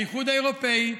האיחוד האירופי,